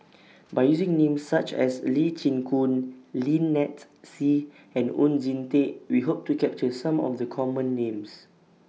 By using Names such as Lee Chin Koon Lynnette Seah and Oon Jin Teik We Hope to capture Some of The Common Names